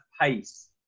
pace